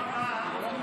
בפעם הבאה,